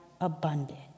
abundant